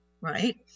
right